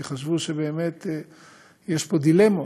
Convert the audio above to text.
כי חשבו שבאמת יש פה דילמות,